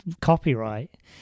copyright